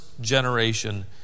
generation